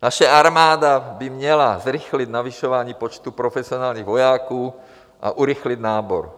Naše armáda by měla zrychlit navyšování počtu profesionálních vojáků a urychlit nábor.